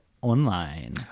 online